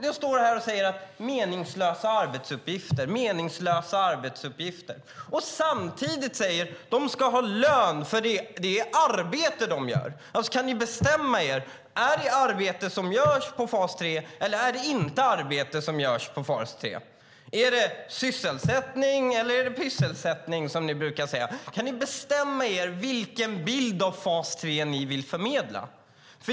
Ni står här och säger att det är meningslösa arbetsuppgifter. Samtidigt säger ni: De ska ha lön, för det är arbete de gör. Kan ni bestämma er? Är det arbete som görs i fas 3, eller är det inte arbete som görs i fas 3? Är det sysselsättning, eller är det pysselsättning, som ni brukar säga? Kan ni bestämma er för vilken bild av fas 3 ni vill förmedla?